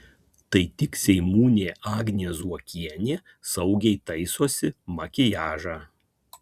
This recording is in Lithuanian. tai tik seimūnė agnė zuokienė saugiai taisosi makiažą